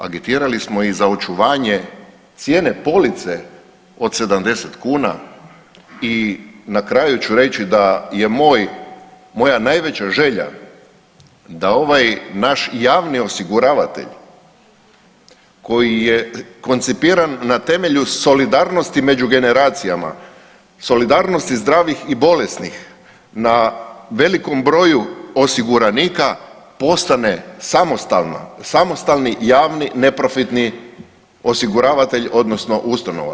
Agitirali smo i za očuvanje cijene police od 70 kuna i na kraju ću reći da je moja najveća želja da ovaj naš javni osiguravatelj koji je koncipiran na temelju solidarnosti među generacijama, solidarnosti zdravih i bolesnih na velikom broju osiguranika postane samostalni javni neprofitni osiguravatelj odnosno ustanova.